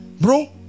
Bro